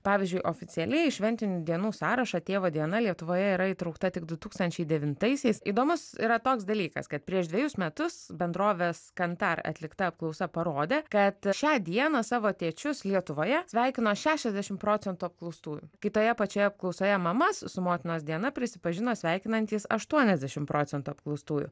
pavyzdžiui oficialiai į šventinių dienų sąrašą tėvo diena lietuvoje yra įtraukta tik du tūkstančiai devitaisiais įdomus yra toks dalykas kad prieš dvejus metus bendrovės kantar atlikta apklausa parodė kad šią dieną savo tėčius lietuvoje sveikino šešiasdešimt procentų apklaustųjų kai toje pačioje apklausoje mamas su motinos diena prisipažino sveikinantys aštuoniasdešimt procentų apklaustųjų